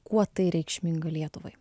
kuo tai reikšminga lietuvai